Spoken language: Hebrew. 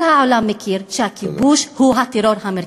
כל העולם מכיר בזה שהכיבוש הוא הטרור המרכזי.